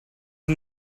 can